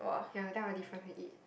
ya then I'll defrost and eat